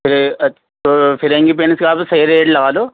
پھر تو فرنگی پینس کا آپ صحیح ریٹ لگا لو